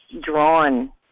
drawn